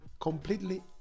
completely